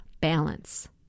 balance